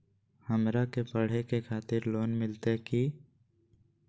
हमरा के पढ़े के खातिर लोन मिलते की?